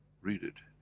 read it,